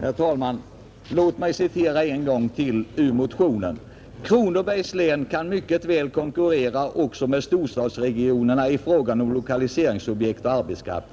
Herr talman! Låt mig än en gång få citera ur motionen: ”Kronobergs län kan mycket väl konkurrera också med storstadsregioner i fråga om lokaliseringsobjekt och arbetskraft.